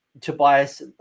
Tobias